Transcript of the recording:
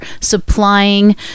supplying